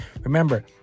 Remember